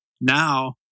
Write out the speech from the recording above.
Now